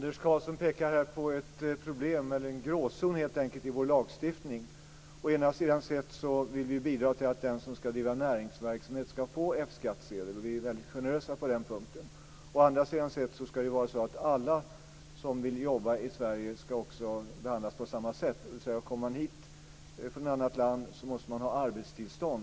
Fru talman! Anders Karlsson pekar på en gråzon i vår lagstiftning. Å ena sidan vill vi bidra till att den som ska driva näringsverksamhet ska få F-skattsedel. Vi är väldigt generösa på den punkten. Å andra sidan ska alla som vill jobba i Sverige behandlas på samma sätt. Den som kommer hit från ett annat land måste alltså ha arbetstillstånd.